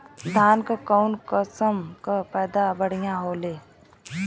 धान क कऊन कसमक पैदावार बढ़िया होले?